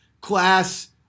class